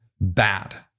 bad